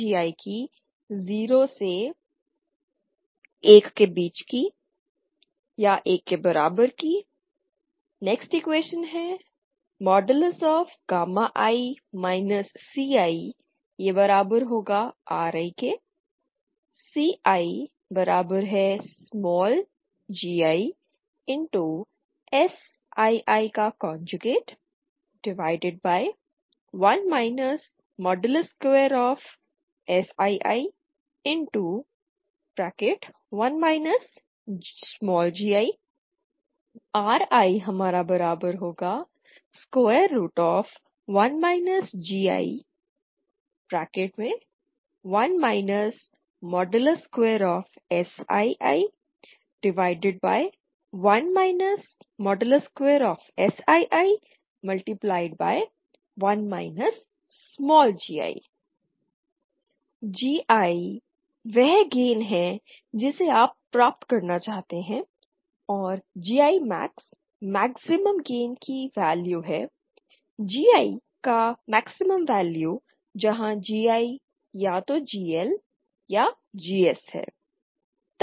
giGiGimax Gimax11 Sii2 GigiGimax 0gi≤1 i CiRi CigiSii1 Sii21 gi Ri1 gi1 Sii21 Sii21 gi GI वह gain है जिसे आप प्राप्त करना चाहते हैं और GI मैक्स मैक्सिमम गेन की वेल्यू है GI का मैक्सिमम वेल्यू जहां GI या तो GL या GS है